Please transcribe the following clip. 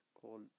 called